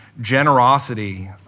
generosity